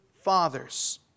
fathers